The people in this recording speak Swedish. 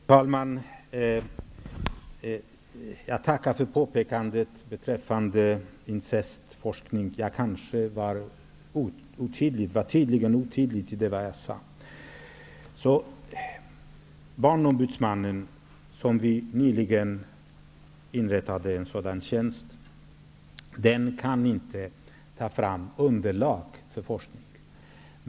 Herr talman! Jag tackar för påpekandet beträffande incestforskningen. Jag kanske uttryckte mig otydligt. Barnombudsmannen -- vi inrättade nyligen en sådan tjänst -- kan inte ta fram underlag för forskning.